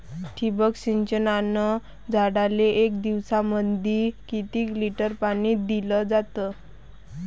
ठिबक सिंचनानं झाडाले एक दिवसामंदी किती लिटर पाणी दिलं जातं?